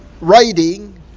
writing